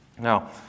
Now